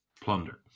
plunder